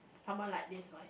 someone like this right